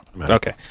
Okay